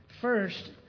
First